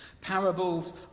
Parables